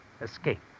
escape